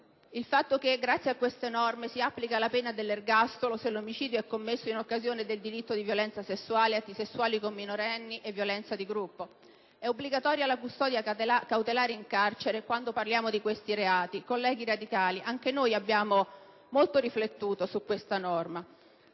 il fatto che, grazie a queste norme, si applica la pena dell'ergastolo se l'omicidio è commesso in occasione del delitto di violenza sessuale, atti sessuali con minorenni e violenza di gruppo. È obbligatoria la custodia cautelare in carcere, quando parliamo di questi reati. Colleghi radicali, anche noi abbiamo molto riflettuto su questa norma;